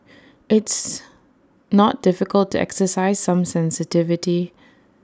it's not difficult to exercise some sensitivity